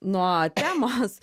nuo temos